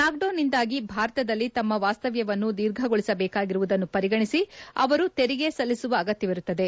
ಲಾಕ್ಡೌನ್ನಿಂದಾಗಿ ಭಾರತದಲ್ಲಿ ತಮ್ಮ ವಾಸ್ತವ್ಯವನ್ನು ದೀರ್ಘಗೊಳಿಸಬೇಕಾಗಿರುವುದನ್ನು ಪರಿಗಣಿಸಿ ಅವರು ತೆರಿಗೆ ಸಲ್ಲಿಸುವ ಅಗತ್ಯವಿರುತ್ತದೆ